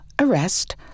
arrest